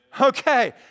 Okay